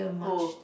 who